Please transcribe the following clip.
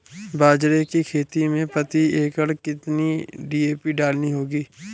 बाजरे की खेती में प्रति एकड़ कितनी डी.ए.पी डालनी होगी?